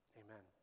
amen